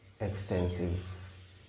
extensive